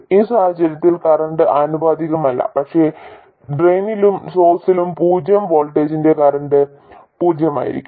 ഈ സാഹചര്യത്തിൽ കറന്റ് ആനുപാതികമല്ല പക്ഷേ ഡ്രെയിനിലും സോഴ്സിലുമുള്ള പൂജ്യം വോൾട്ടേജിന് കറന്റ് പൂജ്യമായിരിക്കും